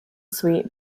sweet